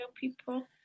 people